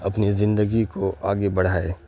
اپنی زندگی کو آگے بڑھائے